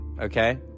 okay